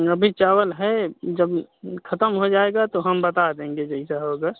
अभी चावल है जब ख़त्म हो जाएगा तो हम बता देंगे जैसा होगा